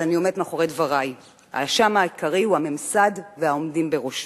אבל אני עומדת מאחורי דברי: האשם העיקרי הוא הממסד והעומדים בראשו.